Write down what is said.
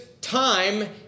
time